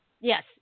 Yes